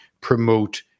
promote